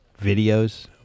videos